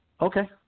Okay